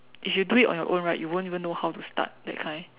if you do it on your own right you won't even know how to start that kind